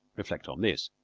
reflect on this.